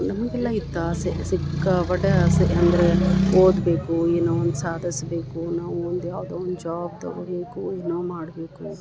ನಮಗೆಲ್ಲ ಇತ್ತು ಆಸೆ ಸಿಕ್ಕಾಪಟ್ಟೆ ಆಸೆ ಅಂದರೆ ಓದಬೇಕು ಏನೋ ಒಂದು ಸಾಧಿಸ್ಬೇಕು ನಾವು ಒಂದು ಯಾವುದೋ ಒಂದು ಜಾಬ್ ತಗೊಬೇಕೂ ಏನೋ ಮಾಡಬೇಕು